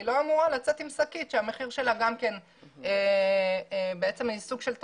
אני לא אמורה לצאת עם שקית שהמחיר שלה הוא סוג של טרמפיסט,